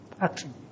action